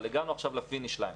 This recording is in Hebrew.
אבל הגענו עכשיו לפיני ליין,